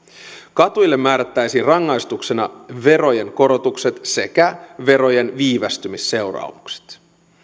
katujille määrättäisiin rangaistuksena verojen korotukset sekä verojen viivästymisseuraamukset